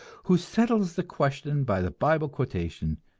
who settles the question by the bible quotation,